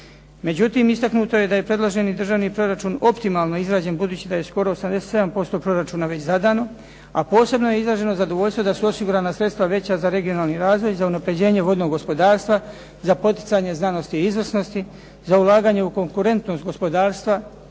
Međutim, istaknuto je da je predloženi Državni proračun optimalno izrađen budući da je skoro 87% proračuna već zadano a posebno je izraženo zadovoljstvo da su osigurana sredstva veća za regionalni razvoj i za unapređenje vodnog gospodarstva, za poticanje znanosti i izvrsnosti, za ulaganje u konkurentnost gospodarstva